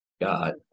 got